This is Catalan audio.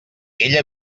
ella